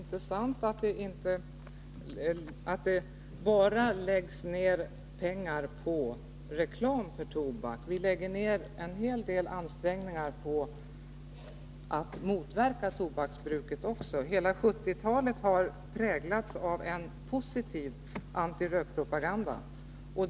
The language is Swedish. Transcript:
Fru talman! Det är inte sant att det bara läggs ner pengar på reklam för tobak. Vi lägger också ner en hel del ansträngningar på att motverka tobaksbruket. Hela 1970-talet har präglats av en positiv antirökpropaganda.